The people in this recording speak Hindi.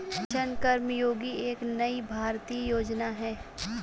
मिशन कर्मयोगी एक नई भारतीय योजना है